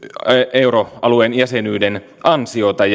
euroalueen jäsenyyden ansiota